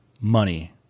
money